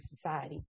society